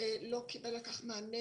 שלא קיבל מענה,